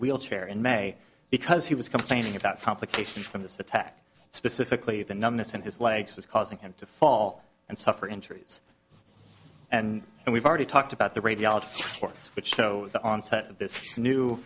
wheelchair in may because he was complaining about complications from this attack specifically the numbness in his legs was causing him to fall and suffer injuries and and we've already talked about the radiology course which showed the onset of this new